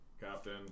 Captain